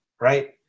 right